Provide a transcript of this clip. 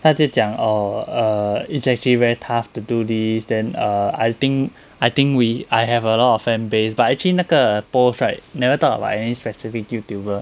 他就讲 oh err it's actually very tough to do this then err I think I think we I have a lot of fan base but actually 那个 post right never talk about any specific youtuber